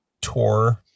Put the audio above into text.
tour